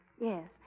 Yes